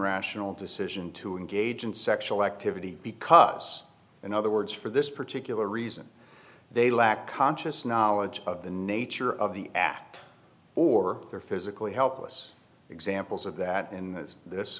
rational decision to engage in sexual activity because in other words for this particular reason they lack conscious knowledge of the nature of the act or they're physically helpless examples of that in this